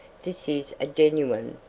this is a genuine,